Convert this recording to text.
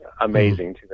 amazing